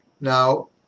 Now